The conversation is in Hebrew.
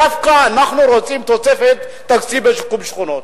דווקא אנחנו רוצים תוספת תקציב לשיקום שכונות.